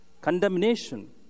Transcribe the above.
condemnation